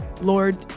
Lord